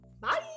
bye